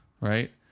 right